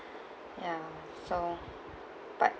uh ya so but